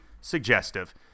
suggestive